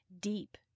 Deep